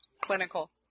Clinical